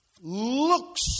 looks